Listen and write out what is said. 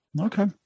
Okay